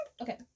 Okay